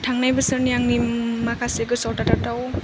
थांनाय बोसोरनि आंनि माखासे गोसोआव थाथावथाव